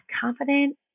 confident